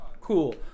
cool